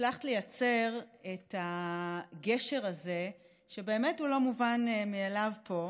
הצלחת לייצר את הגשר הזה שבאמת הוא לא מובן מאליו פה.